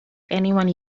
anyone